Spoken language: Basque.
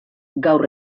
gaur